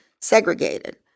segregated